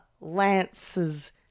Lance's